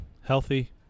healthy